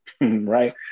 Right